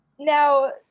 Now